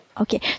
okay